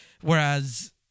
Whereas